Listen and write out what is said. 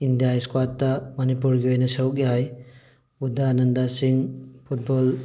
India ꯏꯁꯀ꯭ꯋꯥꯠꯇ ꯃꯅꯤꯄꯨꯔꯒꯤ ꯑꯣꯏꯅ ꯁꯔꯨꯛ ꯌꯥꯏ ꯎꯗꯥꯅꯟꯗ ꯁꯤꯡ ꯐꯨꯠꯕꯣꯜ